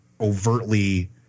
overtly